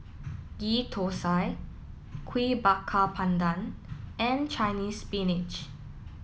Ghee Thosai Kuih Bakar Pandan and Chinese Spinach